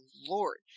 lord